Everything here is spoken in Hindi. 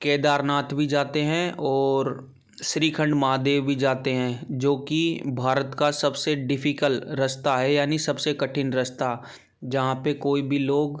केदारनाथ भी जाते हैं और श्रीखंड महादेव भी जाते हैं जो कि भारत का सबसे डिफिकल्ट रास्ता है यानी सबसे कठिन रास्ता जहाँ पर कोई भी लोग